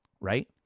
right